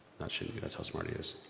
that shows you guys how smart he is.